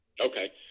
Okay